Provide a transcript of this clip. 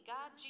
God